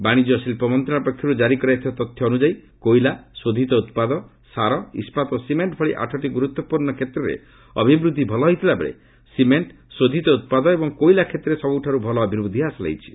ବାଣିଜ୍ୟ ଓ ଶିଳ୍ପ ମନ୍ତ୍ରଣାଳୟ ପକ୍ଷରୁ ଜାରୀ କରାଯାଇଥିବା ତଥ୍ୟ ଅନୁଯାୟୀ କୋଇଲା ସୋଧିତ ଉତ୍ପାଦ ସାର ଇସ୍କାତ ଓ ସିମେଣ୍ଟ ଭଳି ଆଠଟି ଗୁରୁତ୍ୱପୂର୍ଣ୍ଣ କ୍ଷେତ୍ରରେ ଅଭିବୃଦ୍ଧି ଭଲ ହୋଇଥିଲା ବେଳେ ସିମେଣ୍ଟ ସୋଧିତ ଉତ୍ପାଦ ଏବଂ କୋଇଲା କ୍ଷେତ୍ରରେ ସବୁଠାରୁ ଭଲ ଅଭିବୃଦ୍ଧି ହାସଲ ହୋଇଛି